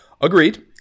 Agreed